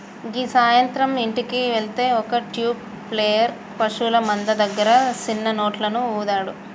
గీ సాయంత్రం ఇంటికి వెళ్తే ఒక ట్యూబ్ ప్లేయర్ పశువుల మంద దగ్గర సిన్న నోట్లను ఊదాడు